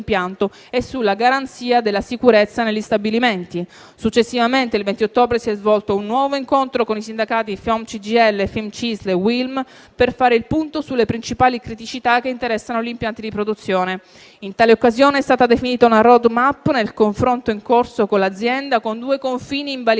e sulla garanzia della sicurezza negli stabilimenti. Successivamente, il 20 ottobre, si è svolto un nuovo incontro con i sindacati FIOM-CGIL, FIM-CISL e UILM per fare il punto sulle principali criticità che interessano gli impianti di produzione. In tale occasione è stata definita una *road map* nel confronto in corso con l'azienda, con due confini invalicabili